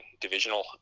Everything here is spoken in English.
divisional